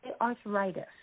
arthritis